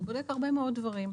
הוא בודק הרבה מאוד דברים.